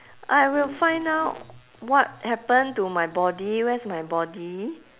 I will find out what happen to my body where's my body